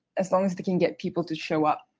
as long as they can get people to show up.